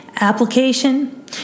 Application